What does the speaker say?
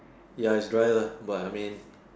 ya it's dry lah but I mean